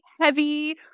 heavy